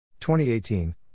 2018